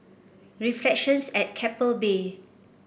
reflections at Keppel Bay